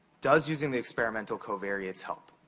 does using the experimental covariates help?